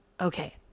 okay